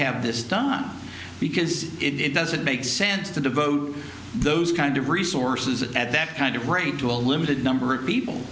have this done because it doesn't make sense to devote those kind of resources at that kind of range to a limited number of people